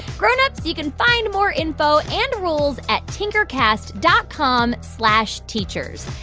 grown-ups, you can find more info and rules at tinkercast dot com slash teachers.